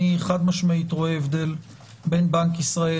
אני חד משמעית רואה הבדל בין בנק ישראל